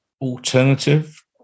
alternative